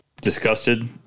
disgusted